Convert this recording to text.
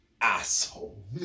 asshole